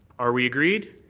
are we agreed?